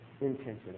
intention